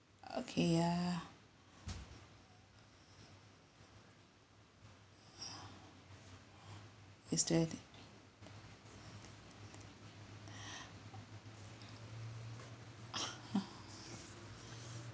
okay yeah yesterday ha